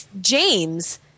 james